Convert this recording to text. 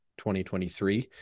2023